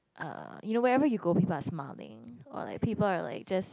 uh you know wherever you go people are smiling or like people are like just